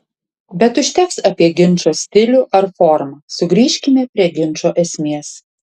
bet užteks apie ginčo stilių ar formą sugrįžkime prie ginčo esmės